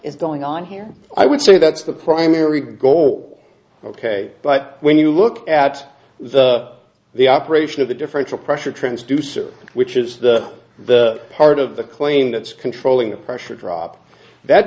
is going on here i would say that's the primary goal ok but when you look at the the operation of the differential pressure transducer which is the part of the claim that's controlling the pressure drop that